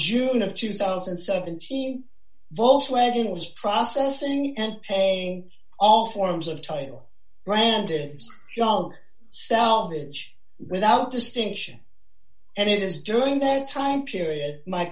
june of two thousand and seventeen volkswagen was processing and pay all forms of title branded salvage without distinction and it is during that time period my